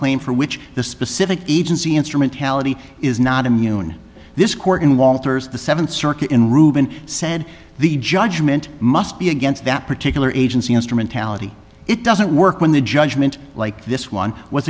claim for which the specific agency instrumentality is not immune this court in walters the seventh circuit in reuben said the judgment must be against that particular agency instrumentality it doesn't work when the judgment like this one was